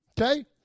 Okay